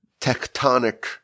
tectonic